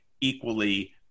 equally –